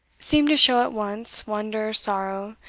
seemed to show at once wonder, sorrow,